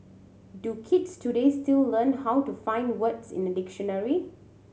do kids today still learn how to find words in a dictionary